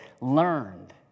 learned